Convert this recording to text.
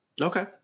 Okay